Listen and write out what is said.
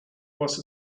was